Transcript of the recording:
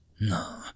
no